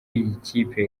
ikipe